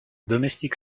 domestique